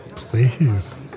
Please